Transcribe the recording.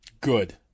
Good